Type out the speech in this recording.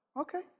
okay